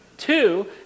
Two